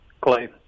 Clay